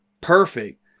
perfect